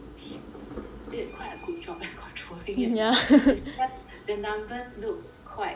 did quite a good job at controlling it leh it's just the numbers look quite